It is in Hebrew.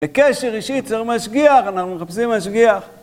בקשר אישי צריך משגיח, אנחנו מחפשים משגיח